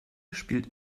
spielt